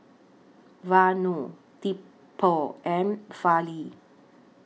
Vanu Tipu and Fali